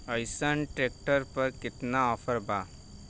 अइसन ट्रैक्टर पर केतना ऑफर बा?